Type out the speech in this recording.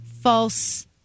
false